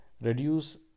reduce